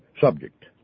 subject